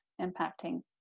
impacting